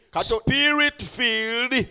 spirit-filled